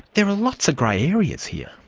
there are lots of grey areas here.